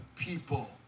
people